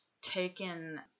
taken